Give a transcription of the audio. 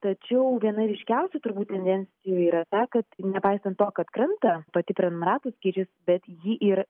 tačiau viena ryškiausių turbūt tendencijų yra ta kad nepaisant to kad krenta pati prenumeratų skaičius bet ji ir